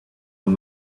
him